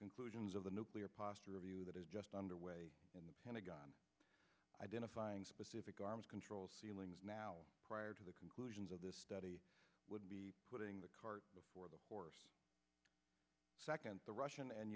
conclusions of the nuclear posture review that is just under way in the pentagon identifying specific arms control ceilings now prior to the conclusions of this study would be putting the cart before the horse second the russian and